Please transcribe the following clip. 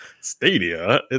Stadia